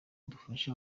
dufashe